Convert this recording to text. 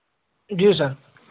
जी sir